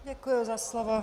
Děkuju za slovo.